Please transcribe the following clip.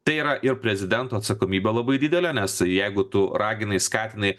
tai yra ir prezidento atsakomybė labai didelė nes jeigu tu raginai skatinai